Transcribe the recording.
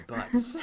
Butts